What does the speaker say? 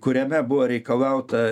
kuriame buvo reikalauta